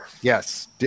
Yes